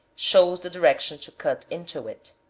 shows the direction to cut into it.